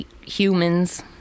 humans